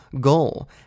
goal